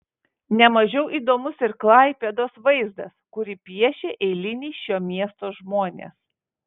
ne mažiau įdomus ir klaipėdos vaizdas kurį piešia eiliniai šio miesto žmonės